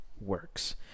works